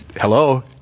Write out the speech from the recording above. hello